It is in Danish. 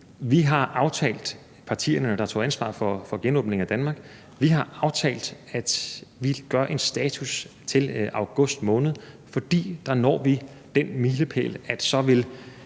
Vi har aftalt, partierne, der tog ansvar for genåbningen af Danmark, at vi gør en status til august måned. For der når vi den milepæl, at så vil